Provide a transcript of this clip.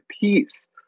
peace